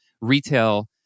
retail